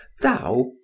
thou